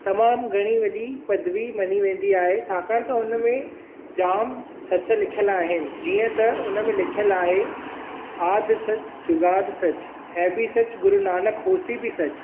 तमामु घणी वॾी पदवी मञी वेंदी आहे छाकाणि त हुन मे जामु सचु लिखियलु आहिनि जीअं त हुन में लिखियलु आहे आद सच जुगाद सच है भी सच गुरु नानक होसि बि सच